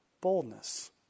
boldness